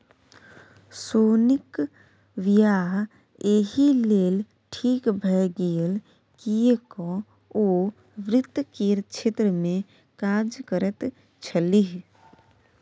सोनीक वियाह एहि लेल ठीक भए गेल किएक ओ वित्त केर क्षेत्रमे काज करैत छलीह